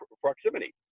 proximity